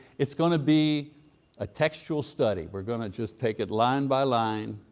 it's going to be a textual study. we're going to just take it line by line,